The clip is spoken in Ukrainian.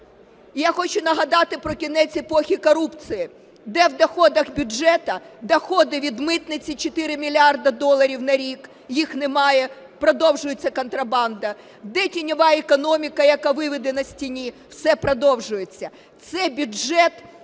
Я хочу нагадати про кінець епохи корупції. Де в доходах бюджету доходи від митниці 4 мільярди доларів на рік? Їх немає, продовжується контрабанда. Де тіньова економіка, яка виведена із тіні? Все продовжується. Це бюджет